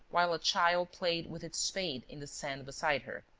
while a child played with its spade in the sand beside her.